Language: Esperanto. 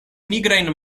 nigrajn